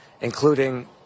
including